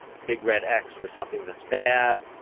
big red x for something that's bad,